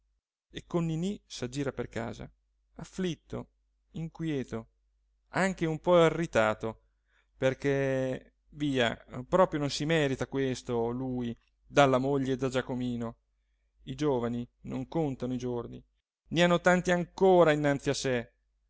con ninì s'aggira per casa afflitto inquieto anche un po irritato perché via proprio non si merita questo lui dalla moglie e da giacomino i giovani non contano i giorni ne hanno tanti ancora innanzi a sé